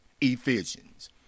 Ephesians